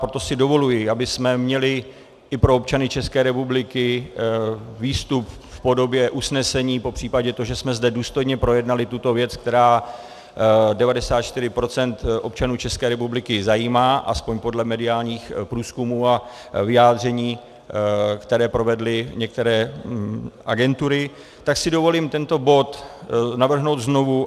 Proto si dovoluji, abychom měli i pro občany České republiky výstup v podobě usnesení, popřípadě to, že jsme zde důstojně projednali tuto věc, která 94 % občanů České republiky zajímá, aspoň podle mediálních průzkumů a vyjádření, které provedly některé agentury, tak si dovolím tento bod navrhnout znovu.